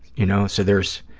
you know, so there's,